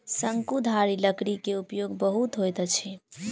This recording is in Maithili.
शंकुधारी लकड़ी के उपयोग बहुत होइत अछि